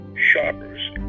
shoppers